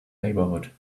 neighbourhood